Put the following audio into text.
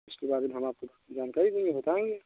इसके बारे में हम आपको जानकारी देंगे बताएंगे